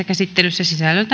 käsittelyssä